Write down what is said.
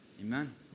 Amen